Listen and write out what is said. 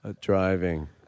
Driving